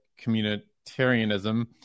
communitarianism